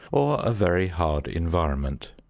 or a very hard environment.